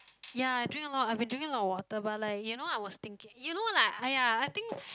ya I drink a lot I've been drinking a lot of water but like you know I was thinking you know like !aiya! I think